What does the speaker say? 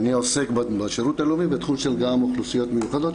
ואני עוסק בשירות הלאומי גם בתחום של אוכלוסיות מיוחדות,